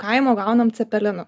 kaimo gaunam cepelinų